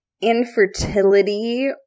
infertility